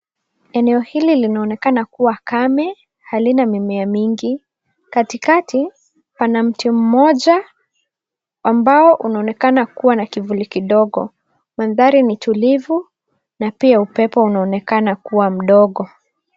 Eneo hili linaonekana kuwa kame, halina mimea mingi. Katikati pana mti mmoja ambao unaonekana kuwa na kivuli kidogo, mandhari ni tulivu, na pia upepo unaonekana kuwa mdogo.